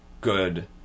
good